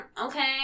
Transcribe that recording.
okay